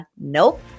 nope